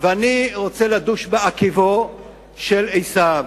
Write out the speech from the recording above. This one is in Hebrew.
ואני רוצה לדוש בעקבו של עשיו,